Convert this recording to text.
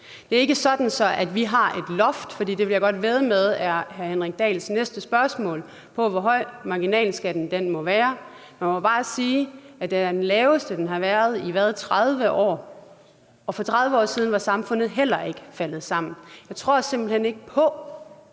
Det er ikke sådan, at vi har et loft. Og jeg vil godt vædde på, at hr. Henrik Dahls næste spørgsmål handler om, hvor høj marginalskatten må være. Men jeg må bare sige, at den er det laveste, den har været i – hvad? – 30 år, og for 30 år siden var samfundet heller ikke faldet sammen. Jeg tror simpelt hen ikke på,